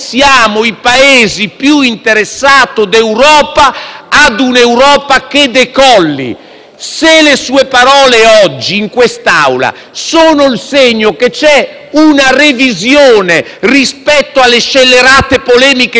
Se le sue parole oggi in quest'Aula sono il segno che c'è una revisione rispetto alle scellerate polemiche di questo primo anno contro l'Europa a giorni alterni da parte dei Ministri del suo Governo, non